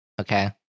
Okay